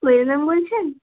কোয়েল ma'am বলছেন